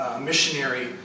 missionary